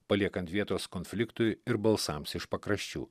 paliekant vietos konfliktui ir balsams iš pakraščių